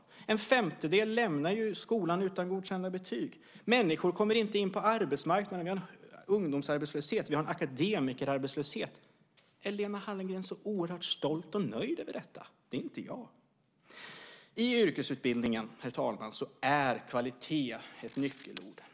En femtedel lämnar ju skolan utan godkända betyg. Människor kommer inte in på arbetsmarknaden. Vi har ungdomsarbetslöshet. Vi har akademikerarbetslöshet. Är Lena Hallengren så oerhört stolt och nöjd över detta? Det är inte jag. I yrkesutbildningen, herr talman, är kvalitet ett nyckelord.